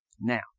Now